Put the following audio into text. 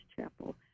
Chapel